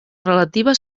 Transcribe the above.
relativa